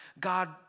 God